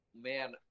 Man